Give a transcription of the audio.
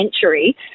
century